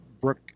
Brooke